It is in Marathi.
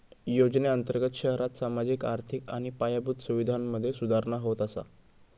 योजनेअंर्तगत शहरांत सामाजिक, आर्थिक आणि पायाभूत सुवीधांमधे सुधारणा होत असा